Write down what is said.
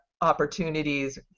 opportunities